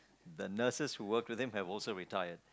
the nurses who work there have also retired